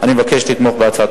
קביעה של